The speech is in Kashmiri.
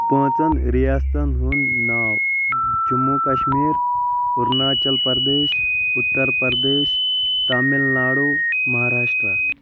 پانٛژن رِیاستَن ہُنٛد ناو جموں کشمیر اروناچل پردیش اتر پردیش تامل ناڈو مہاراشٹرا